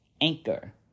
Anchor